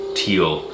teal